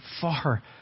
far